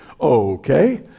Okay